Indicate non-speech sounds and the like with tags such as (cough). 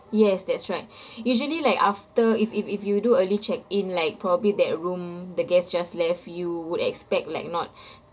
yes that's right (breath) usually like after if if if you do early check in like probably that room the guest just left you would expect like not (breath)